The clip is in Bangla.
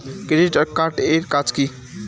ক্রেডিট কার্ড এর কাজ কি?